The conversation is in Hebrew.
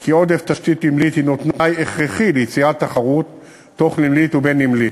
כי עודף תשתית נמלית הוא תנאי הכרחי ליצירת תחרות תוך-נמלית ובין-נמלית.